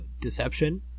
deception